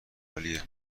عالیه